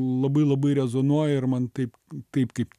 labai labai rezonuoja ir man taip taip kaip